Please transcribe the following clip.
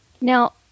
Now